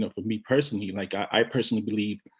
ah for me personally, like i personally believe